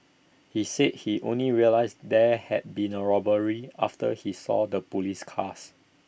he said he only realised there had been A robbery after he saw the Police cars